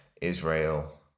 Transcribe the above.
Israel